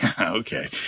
okay